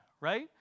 right